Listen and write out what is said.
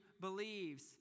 believes